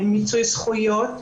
מיצוי זכויות,